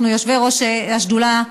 אנחנו יושבי-ראש השדולה,